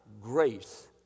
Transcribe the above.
grace